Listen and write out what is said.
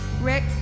Rick